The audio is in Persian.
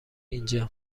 اینجا